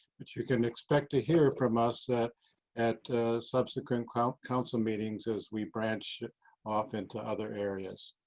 but you can expect to hear from us at at subsequent kind of council meetings as we branch off into other areas.